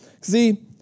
See